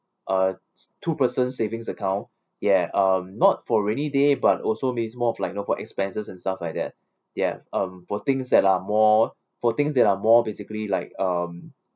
a t~ two person savings account ya uh not for rainy day but also means more of like you know for expenses and stuff like ya that um for things that are more for things that are more basically like um